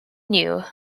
new